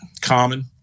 Common